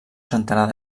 centenar